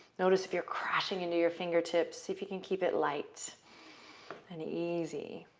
notice if you're crashing into your fingertips. see if you can keep it light and easy.